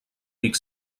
pic